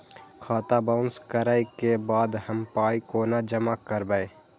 खाता बाउंस करै के बाद हम पाय कोना जमा करबै?